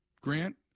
Grant